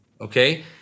okay